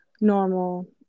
normal